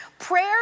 Prayer